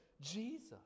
Jesus